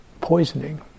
poisoning